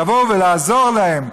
יבואו לעזור להם,